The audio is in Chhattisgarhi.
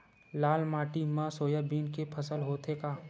लाल माटी मा सोयाबीन के फसल होथे का?